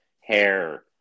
hair